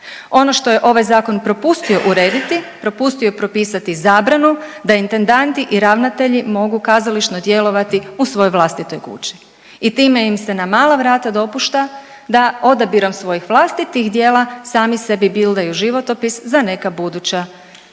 Ono što je ovaj zakon propustio urediti propustio je propisati zabranu da intendanti i ravnatelji mogu kazališno djelovati u svojoj vlastitoj kući i time im se na mala vrata dopušta da odabirom svojih vlastitih djela sami sebi bildaju životopis za neka buduća